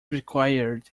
required